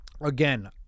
Again